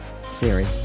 Siri